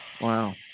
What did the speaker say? Wow